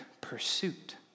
pursuit